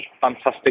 fantastic